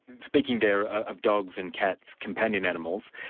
speaking there of dogs and cats, companion animals,